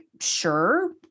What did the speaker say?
sure